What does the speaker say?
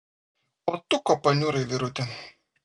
o tu ko paniurai vyruti